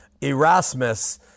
Erasmus